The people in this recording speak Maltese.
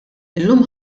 illum